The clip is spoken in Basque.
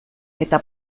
eta